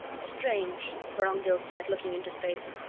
strange, vorongil said, looking into space,